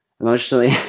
emotionally